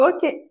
Okay